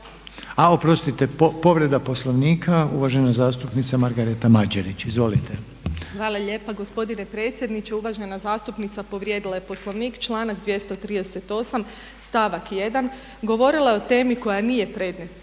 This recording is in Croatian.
A oprostite, povreda Poslovnika, uvažena zastupnica Margareta Mađerić. Izvolite. **Mađerić, Margareta (HDZ)** Hvala lijepa gospodine predsjedniče. Uvažena zastupnica povrijedila je Poslovnik, članak 238. stavak 1. govorila je o temi koja nije predmet